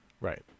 right